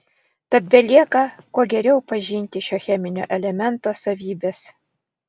tad belieka kuo geriau pažinti šio cheminio elemento savybes